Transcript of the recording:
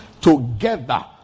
together